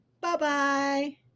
Bye-bye